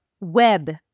web